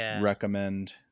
recommend